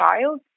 child